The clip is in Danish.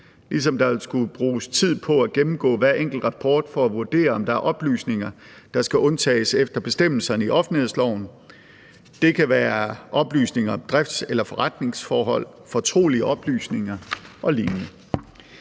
ligesom der vil skulle bruges tid på at gennemgå hver enkelt rapport for at vurdere, om der er oplysninger, der skal undtages efter bestemmelserne i offentlighedsloven. Det kan være oplysninger om drifts- eller forretningsforhold, fortrolige oplysninger og lignende.